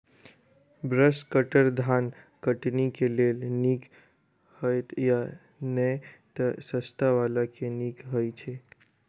Brush cutter धान कटनी केँ लेल नीक हएत या नै तऽ सस्ता वला केँ नीक हय छै?